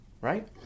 Right